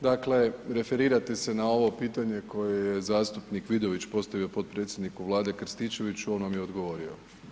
Dakle, referirate se na ovo pitanje koje je zastupnik Vidović postavi potpredsjedniku Vlade Krstičeviću, on vam je odgovorio.